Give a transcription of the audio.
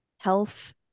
health